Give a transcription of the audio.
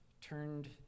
turned